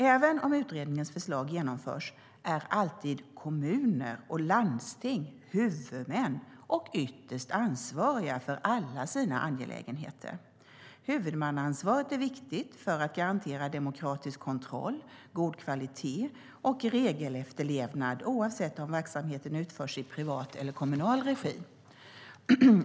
Även om utredningens förslag genomförs är alltid kommuner och landsting huvudmän och ytterst ansvariga för alla sina angelägenheter. Huvudmannaansvaret är viktigt för att garantera demokratisk kontroll, god kvalitet och regelefterlevnad oavsett om verksamheten utförs i privat eller kommunal regi.